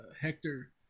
Hector